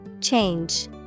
Change